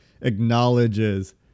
acknowledges